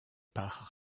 par